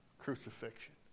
crucifixion